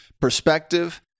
perspective